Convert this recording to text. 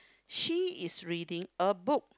she is reading a book